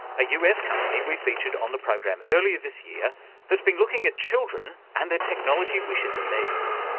a us company we featured on the program earlier this year that's been looking at children and their technology wishes and needs.